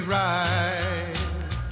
right